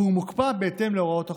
והוא מוקפא בהתאם להוראות החוק.